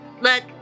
Look